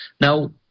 Now